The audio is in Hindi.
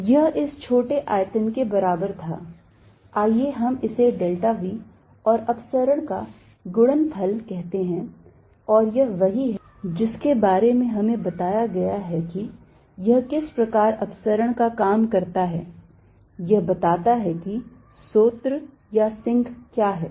यह इस छोटे आयतन के बराबर था आइए हम इसे delta v और अपसरण का गुणनफल कहते हैं और यह वही है जिसके बारे में हमें बताया गया है कि यह किस प्रकार अपसरण का काम करता है यह बताता है कि स्रोत या सिंक क्या है